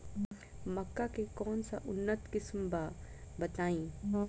मक्का के कौन सा उन्नत किस्म बा बताई?